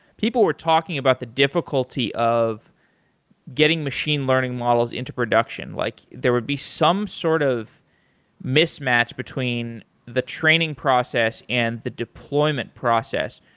people were talking about the difficulty of getting machine learning models into production. like there would be some sort of mismatch between the training process and the deployment process.